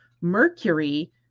Mercury